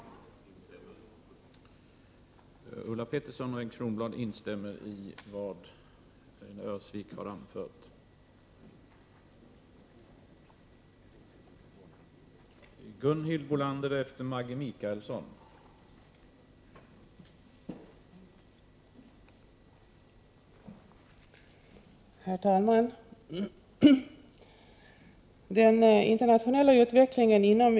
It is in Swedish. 2 juni 1989